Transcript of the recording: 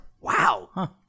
Wow